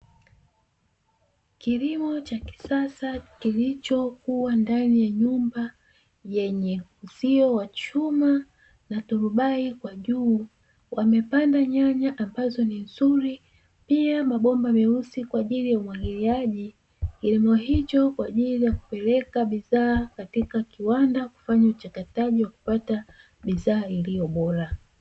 Kilimo cha kisasa kilichokua ndani ya nyumba yenye uzio wa chuma na turubai kwa juu, wamepanda nyanya ambazo ni nzuri, pia mabomba meusi kwa ajili ya umwagiliaji. Kilimo hicho ni kwa ajili ya kupeleka bidhaa katika kiwanda, kufanya uchakataji wa kupata bidhaa iliyo bora.